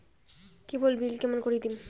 কেবল bill কেমন করি দিম?